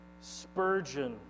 Spurgeon